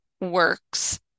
works